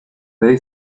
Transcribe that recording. they